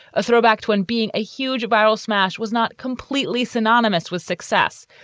a throwback to when being a huge viral smash was not completely synonymous with success.